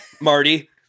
Marty